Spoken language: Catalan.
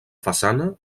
façana